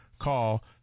call